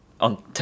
on